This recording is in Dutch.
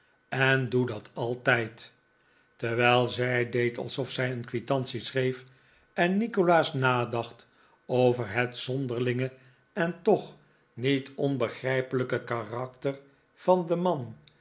en doe dat altijd terwijl zij deed alsof zij een quitantie schreef en nikolaas nadacht over het zonderlinge en toch niet onbegrijpelijke karakter van den man